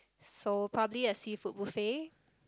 so probably a seafood buffet